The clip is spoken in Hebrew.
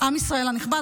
ישראל הנכבד,